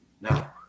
now